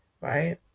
right